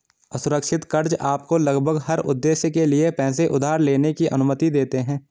असुरक्षित कर्ज़ आपको लगभग हर उद्देश्य के लिए पैसे उधार लेने की अनुमति देते हैं